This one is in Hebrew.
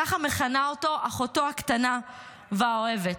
ככה מכנה אותו אחותו הקטנה והאוהבת.